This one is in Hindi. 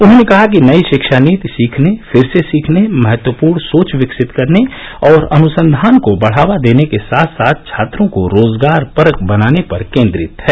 उन्होंने कहा कि नई शिक्षा नीति सीखने फिर से सीखने महत्वपूर्ण सोच विकसित करने और अनुसंघान को बढावा देने के साथ साथ छात्रों को रोजगारपरक बनाने पर केंद्रित है